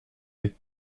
est